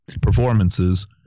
performances